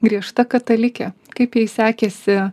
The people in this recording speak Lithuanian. griežta katalikė kaip jai sekėsi